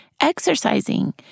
exercising